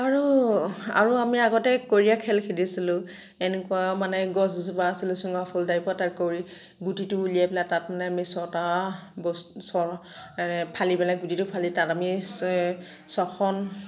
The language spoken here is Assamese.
আৰু আৰু আমি আগতে কৰিয়া খেল খেলিছিলোঁ এনেকুৱা মানে গছ এজোপা আছিলে চুঙা ফুল টাইপৰ তাৰ কৰি গুটিটো উলিয়াই পেলাই তাত মানে আমি ছটা ফালি পেলাই গুটিটো ফালি পেলাই তাত আমি ছখন